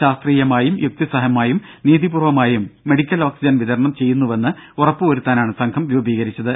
ശാസ്ത്രീയമായും യുക്തിസഹമായും നീതിപൂർവ്വമായും medical oxygen വിതരണം ചെയ്യുന്നുവെന്ന് ഉറപ്പു വരുത്താനാണ് സംഘം രൂപീകരിച്ചത്